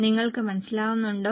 നിങ്ങൾക്ക് മനസിലാകുന്നുണ്ടോ